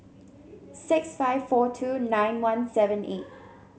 six five four two nine one seven eight